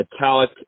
metallic